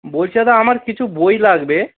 বলছি দাদা আমার কিছু বই লাগবে